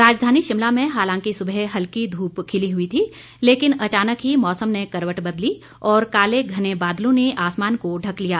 राजधानी शिमला में हालांकि सुबह हल्की धूप खिली हई थी लेकिन अचानक ही मौसम ने करवट बदली और काले घने बादलों ने आसमान को ढक लिया